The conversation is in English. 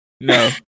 No